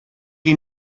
chi